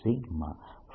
Dfreeછે